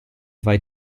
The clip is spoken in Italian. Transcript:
fai